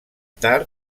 tard